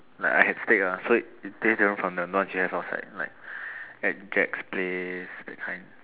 like I had steak ah so it it taste different from the ones you have outside like Jack's place you know that kind